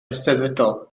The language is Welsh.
eisteddfodol